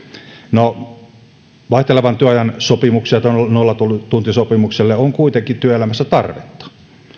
no vaihtelevan työajan sopimukselle tälle nollatuntisopimukselle on kuitenkin työelämässä tarvetta